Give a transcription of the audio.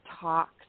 talks